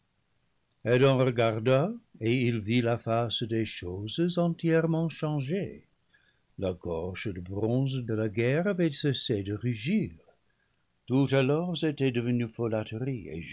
adam regarda et il vit la face des choses entièrement changée la gorge de bronze de la guerre avait cessé de rugir tout alors était devenu